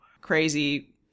crazy